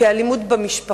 כאל אלימות במשפחה.